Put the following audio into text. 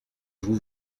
vous